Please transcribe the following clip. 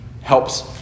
Helps